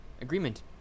agreement